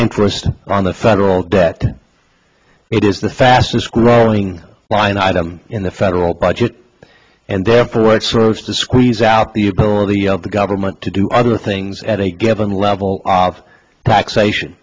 interest on the federal debt it is the fastest growing line item in the federal budget and therefore it shows to squeeze out the ability of the government to do other things at a given level of taxation